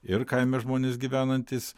ir kaime žmonės gyvenantys